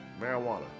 Marijuana